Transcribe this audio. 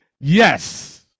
Yes